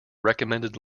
recommended